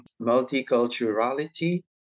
multiculturality